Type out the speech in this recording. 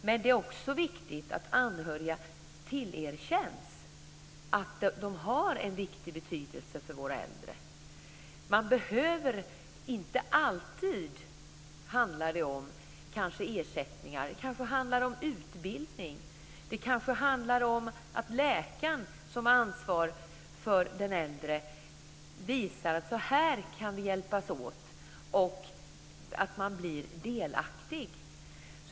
Men det är också viktigt att anhöriga tillerkänns att de har en stor betydelse för de äldre. Det behöver inte alltid handla om ersättningar. Det kanske handlar om utbildning, om att läkaren som har ansvar för den äldre visar hur man kan hjälpas åt och om att de anhöriga blir delaktiga.